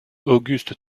auguste